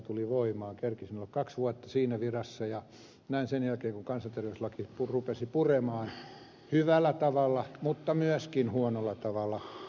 kerkesin olla kaksi vuotta siinä virassa ja näin sen jälkeen kun kansanterveyslaki rupesi puremaan hyvällä tavalla mutta myöskin huonolla tavalla